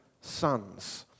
sons